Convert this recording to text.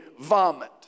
vomit